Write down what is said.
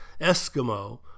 Eskimo